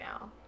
now